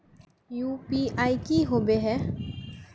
UPI की होबे है?